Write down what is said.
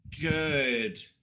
Good